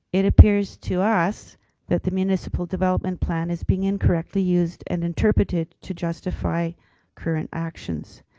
it appears to us that the municipal development plan is being incorrectly used and interpreted to justify current actions.